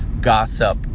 gossip